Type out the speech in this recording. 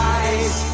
eyes